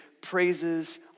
praises